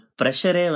pressure